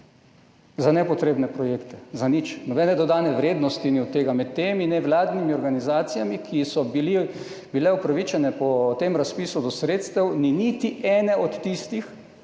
za nepotrebne projekte, za nič. Nobene dodane vrednosti ni od tega. Med temi nevladnimi organizacijami, ki so bile po tem razpisu upravičene do sredstev, ni niti ene od tistih,